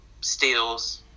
steals